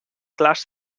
clars